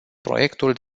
proiectul